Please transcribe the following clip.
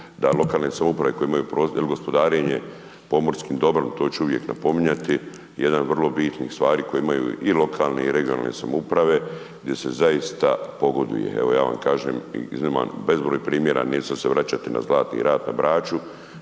da lokalne samouprave koje imaju ili gospodarenje pomorskim dobrom, to ću uvijek napominjati jedna od vrlo bitnih stvari koje imaju i lokalne i regionalne samouprave gdje se zaista pogoduje. Evo ja vam kažem i .../Govornik se ne razumije./... bezbroj primjera, neću će sad vraćati na Zlatni rat na Braču,